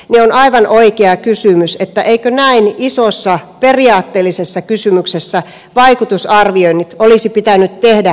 on aivan oikea kysymys eikö näin isossa periaatteellisessa kysymyksessä vaikutusarvioinnit olisi pitänyt tehdä ennen päätöstä